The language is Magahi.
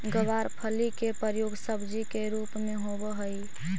गवारफली के प्रयोग सब्जी के रूप में होवऽ हइ